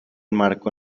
marco